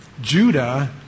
Judah